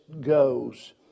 goes